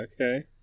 Okay